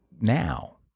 now